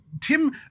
Tim